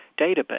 database